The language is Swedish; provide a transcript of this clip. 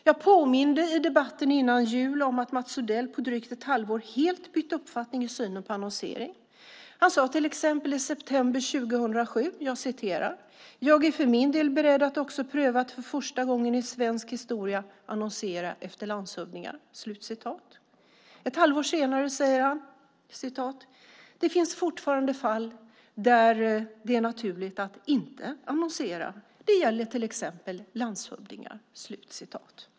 Jag påminde i debatten före jul om att Mats Odell på drygt ett halvår helt bytt uppfattning i synen på annonsering. Han sade till exempel i september 2007: Jag är för min del beredd att också pröva att för första gången i svensk historia annonsera efter landshövdingar. Ett halvår senare sade han: Det finns fortfarande fall där det är naturligt att inte annonsera. Det gäller till exempel landshövdingar.